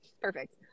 Perfect